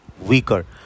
weaker